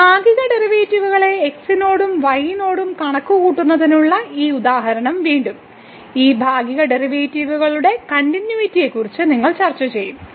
ഭാഗിക ഡെറിവേറ്റീവുകളെ x നോടും y നോടും കണക്കു കൂട്ടുന്നതിനുള്ള ഈ ഉദാഹരണം വീണ്ടും ഈ ഭാഗിക ഡെറിവേറ്റീവുകളുടെ കണ്ടിന്യൂയിറ്റിയെക്കുറിച്ചും നിങ്ങൾ ചർച്ച ചെയ്യും